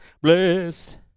blessed